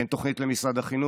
אין תוכנית למשרד החינוך,